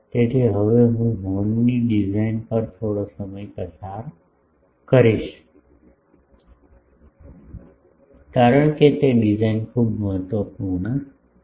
તેથી હવે હું હોર્નની ડિઝાઇન પર થોડો સમય પસાર કરીશ કારણ કે તે ડિઝાઇન ખૂબ મહત્વપૂર્ણ છે